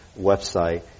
website